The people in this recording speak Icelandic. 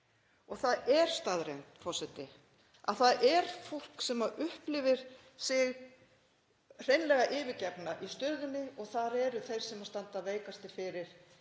Það er staðreynd, forseti, að það er fólk sem upplifir sig hreinlega yfirgefið í stöðunni og þar eru þeir sem standa veikastir fyrir í